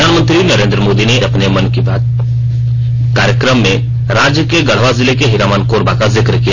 प्रधानमंत्री नरेन्द्र मोदी ने अपने मन की बात कार्यक्रम में राज्य के गढ़वा जिले के हीरामन कोरबा का जिक किया